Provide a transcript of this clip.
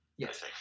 yes